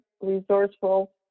resourceful